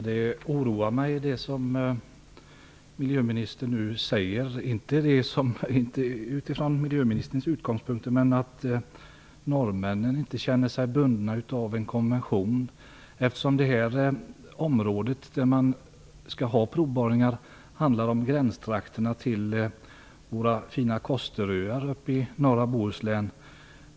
Herr talman! Det som miljöministern nu säger oroar mig, inte miljöministerns ståndpunkt utan det att norrmännen inte känner sig bundna av en konvention. Det område där man skall ha provborrningar är ju gränstrakter till våra fina Kosteröar i norra Bohuslän.